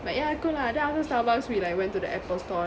but yeah cool lah then after Starbucks we like went to the Apple store